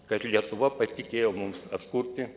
kad lietuva patikėjo mums atkurti